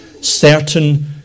certain